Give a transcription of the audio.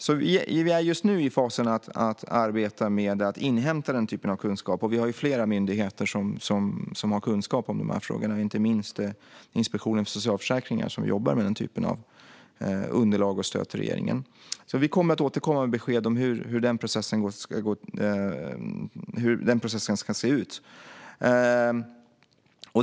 Vi är just nu i fasen med att arbeta med att inhämta den typen av kunskap, och vi har flera myndigheter som har kunskap om de här frågorna, inte minst Inspektionen för socialförsäkringen som jobbar med den typen av underlag och stöd till regeringen. Vi kommer att återkomma med besked om hur processen ska se ut.